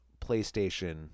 PlayStation